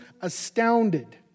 astounded